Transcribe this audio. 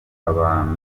abantu